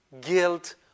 guilt